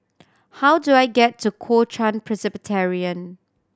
how do I get to Kuo Chuan Presbyterian